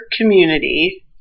community